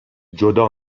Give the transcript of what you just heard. جدا